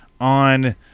on